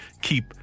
keep